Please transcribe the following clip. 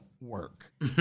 work